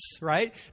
right